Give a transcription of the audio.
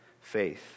Faith